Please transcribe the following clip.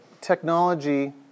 technology